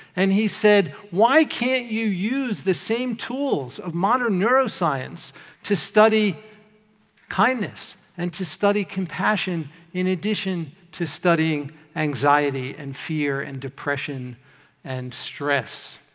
and he said, why can't you use the same tools of modern neuroscience to study kindness and to study compassion in addition to studying anxiety and fear and depression and stress?